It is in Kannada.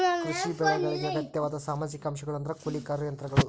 ಕೃಷಿ ಬೆಳೆಗಳಿಗೆ ಅಗತ್ಯವಾದ ಸಾಮಾಜಿಕ ಅಂಶಗಳು ಅಂದ್ರ ಕೂಲಿಕಾರರು ಯಂತ್ರಗಳು